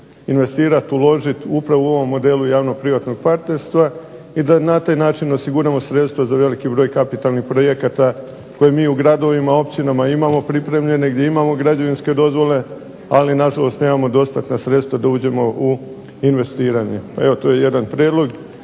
uložiti upravo u ovom modelu javnog privatnog partnerstva i da na taj način osiguramo sredstva za veliki broj kapitalnih projekata koji mi u gradovima i općinama imamo pripremljene i gdje imamo građevinske dozvole ali na žalost nemamo dostatna sredstva da uđemo u investiranje. Evo to je jedan prijedlog